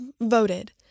voted